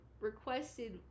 requested